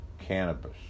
cannabis